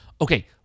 Okay